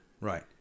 Right